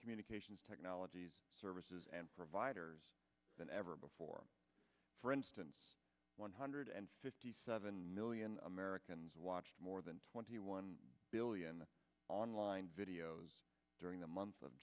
communications technologies services and providers than ever before for instance one hundred fifty seven million americans watched more than twenty one billion online videos during the month of